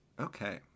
Okay